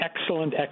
excellent